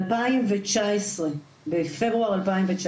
בפברואר 2019